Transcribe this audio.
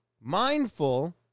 mindful